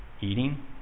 eating